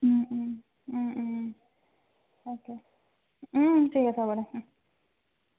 তাকে ঠিক আছে হ'ব দে ও